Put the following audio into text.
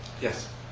Yes